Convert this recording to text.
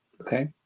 Okay